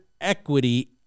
Equity